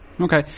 Okay